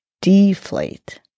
deflate